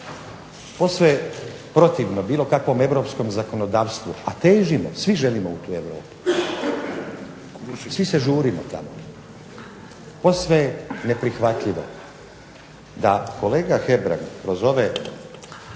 posve je protivno bilo kakvom europskom zakonodavstvu, a težimo, svi želimo u tu Europu, svi se žurimo tamo, posve je neprihvatljivo da kolega Hebrang kroz ove...